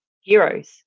heroes